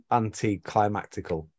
anti-climactical